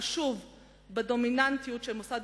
וחשוב בדומיננטיות שמוסד